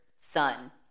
son